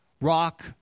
rock